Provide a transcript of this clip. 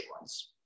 ones